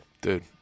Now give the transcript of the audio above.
Dude